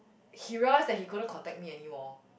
he realise that he couldn't contact me anymore